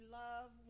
love